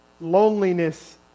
loneliness